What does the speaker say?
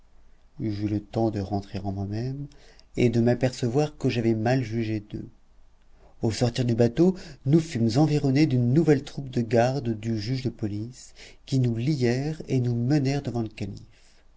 j'eus le temps de rentrer en moi-même et de m'apercevoir que j'avais mal jugé d'eux au sortir du bateau nous fûmes environnés d'une nouvelle troupe de gardes du juge de police qui nous lièrent et nous menèrent devant le calife